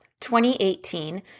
2018